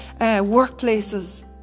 workplaces